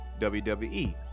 WWE